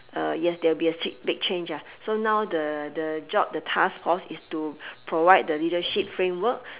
yes there'll be a big change so now the the job the task force is to provide the leadership framework